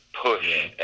push